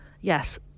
Yes